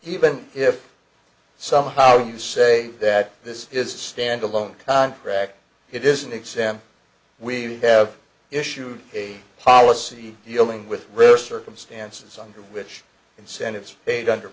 even if somehow you say that this is a standalone contract it is an exam we have issued a policy dealing with reduced circumstances under which incentives paid under